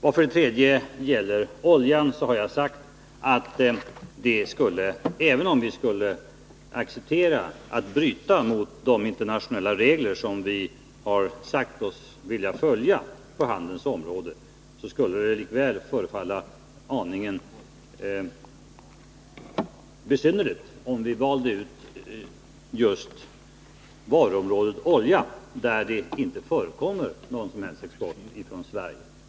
Vad slutligen gäller oljan har jag sagt att det — även om vi skulle acceptera att bryta mot de internationella regler som vi har sagt oss vilja följa på handelns område — skulle förefalla aningen besynnerligt om vi valde ut just varuområdet olja, där det inte förekommer någon som helst export från Sverige.